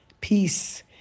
peace